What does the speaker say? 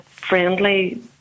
friendly